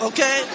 Okay